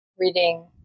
reading